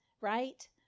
right